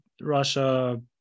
russia